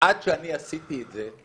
עד שאני עשיתי את זה,